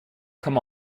come